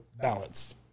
balance